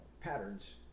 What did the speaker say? patterns